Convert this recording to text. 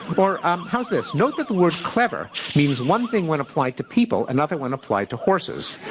or um how's this? note that the word clever means one thing when applied to people, another when applied to horses.